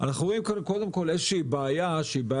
אנחנו רואים כאן בעיה מובנית.